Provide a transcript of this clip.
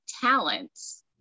talents